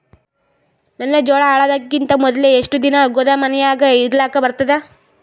ನನ್ನ ಜೋಳಾ ಹಾಳಾಗದಕ್ಕಿಂತ ಮೊದಲೇ ಎಷ್ಟು ದಿನ ಗೊದಾಮನ್ಯಾಗ ಇಡಲಕ ಬರ್ತಾದ?